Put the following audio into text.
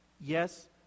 yes